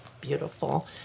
Beautiful